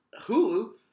Hulu